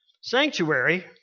Sanctuary